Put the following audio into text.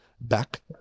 back